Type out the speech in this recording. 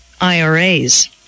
IRAs